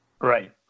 Right